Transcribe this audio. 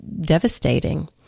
devastating